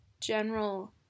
general